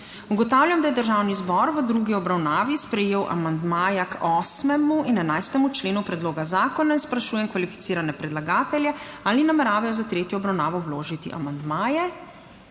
Ugotavljam, da je Državni zbor v drugi obravnavi sprejel amandmaja k 8. in 11. členu predloga zakona. In sprašujem kvalificirane predlagatelje, ali nameravajo za tretjo obravnavo vložiti amandmaje?